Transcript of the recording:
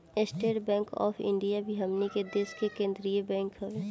estate Bank of India भी हमनी के देश के केंद्रीय बैंक हवे